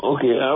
Okay